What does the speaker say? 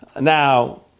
Now